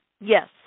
Yes